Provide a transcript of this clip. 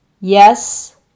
Yes